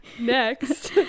next